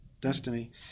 Destiny